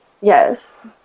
Yes